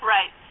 Right